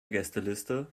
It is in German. gästeliste